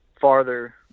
farther